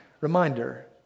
reminder